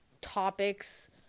topics